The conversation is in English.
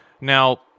Now